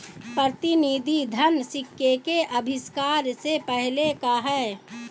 प्रतिनिधि धन सिक्के के आविष्कार से पहले का है